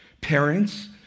Parents